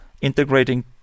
integrating